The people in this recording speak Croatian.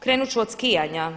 Krenut ću od skijanja.